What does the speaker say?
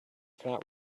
cannot